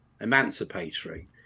emancipatory